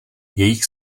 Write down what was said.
jejich